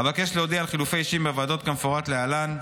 אבקש להודיע על חילופי אישים בוועדות כמפורט להלן: